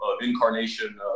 incarnation